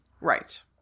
Right